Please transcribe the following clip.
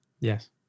Yes